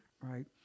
right